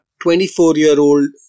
24-year-old